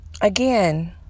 again